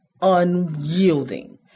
unyielding